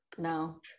No